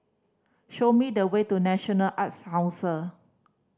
show me the way to National Arts Council